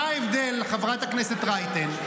חברת הכנסת רייטן,